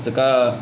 这个